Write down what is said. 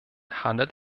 handelt